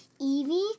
Evie